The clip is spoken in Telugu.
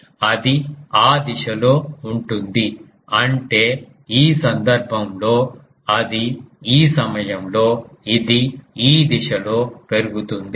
కాబట్టి అది ఆ దిశలో ఉంటుంది అంటే ఈ సందర్భంలో అది ఈ సమయంలో ఇది ఈ దిశలో పెరుగుతుంది